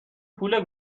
پول